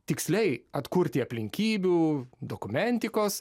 tiksliai atkurti aplinkybių dokumentikos